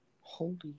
Holy